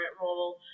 role